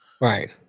Right